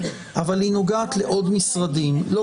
אבל היא נוגעת לעוד משרדים,